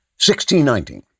1619